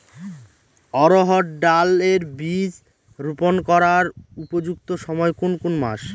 অড়হড় ডাল এর বীজ রোপন করার উপযুক্ত সময় কোন কোন মাস?